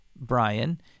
Brian